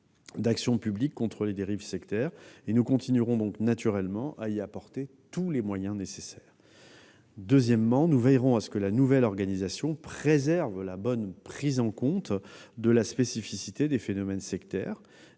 d'action publique contre les dérives sectaires, et nous continuerons donc naturellement à y apporter les moyens nécessaires ; d'autre part, nous veillerons à ce que la nouvelle organisation préserve la bonne prise en compte de la spécificité des phénomènes sectaires.